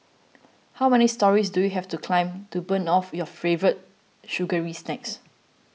how many storeys do you have to climb to burn off your favourite sugary snacks